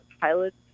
pilots